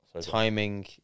timing